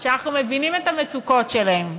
שאנחנו מבינים את המצוקות שלהם.